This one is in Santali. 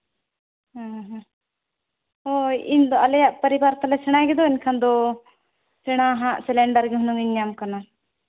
ᱦᱮᱸ ᱦᱮᱸ ᱦᱳᱭ ᱤᱧᱫᱚ ᱟᱞᱮᱭᱟᱜ ᱯᱚᱨᱤᱵᱟᱨ ᱛᱟᱞᱮ ᱥᱮᱬᱟ ᱜᱮᱫᱚ ᱮᱱᱠᱷᱟᱱ ᱫᱚ ᱥᱮᱬᱟᱣᱟᱜ ᱥᱤᱞᱤᱱᱰᱟᱨ ᱜᱮ ᱦᱩᱱᱟᱹᱝ ᱤᱧ ᱧᱟᱢ ᱠᱟᱱᱟ